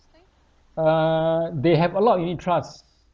uh they have a lot of unit trusts